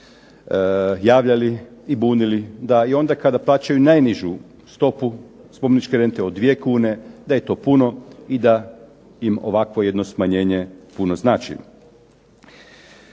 i bunili, da i onda kada plaćaju najnižu stopu spomeničke rente od dvije kune da je to puno i da im ovakvo jedno smanjenje puno znači.